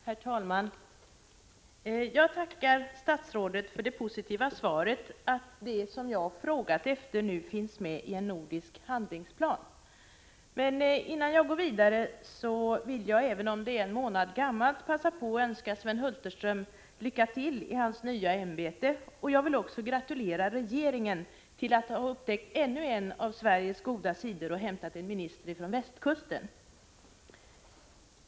Herr talman! Jag tackar statsrådet för det positiva svaret att det som jag har frågat efter nu finns med i en nordisk handlingsplan. Innan jag går vidare vill jag, även om det är en månad sedan han tillträdde, passa på att önska Sven Hulterström lycka till i hans nya ämbete. Jag vill också gratulera regeringen till att ha upptäckt ännu en av Sveriges goda sidor och hämtat en minister från västkusten.